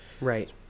Right